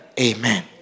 Amen